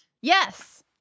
yes